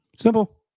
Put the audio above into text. Simple